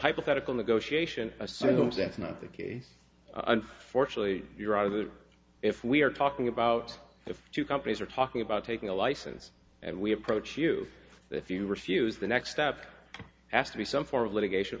hypothetical negotiation assumes that's not the case unfortunately you're either if we are talking about the two companies are talking about taking a license and we approach you if you refuse the next step has to be some form of litigation